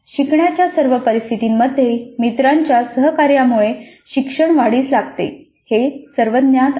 शिकण्याच्या सर्व परिस्थितींमध्ये मित्रांच्या सहकार्यामुळे शिक्षण वाढीस लागते हे सर्वज्ञात आहे